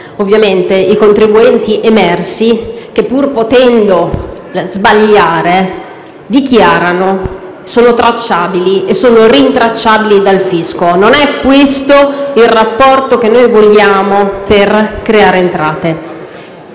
torturare i contribuenti emersi, che, pur potendo sbagliare, dichiarano e sono tracciabili e rintracciabili dal fisco. Non è questo il rapporto che vogliamo per creare entrate.